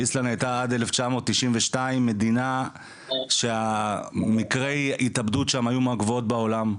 איסלנד היתה עד 1992 מדינה שמקרי ההתאבדות שם היו מהגבוהים בעולם,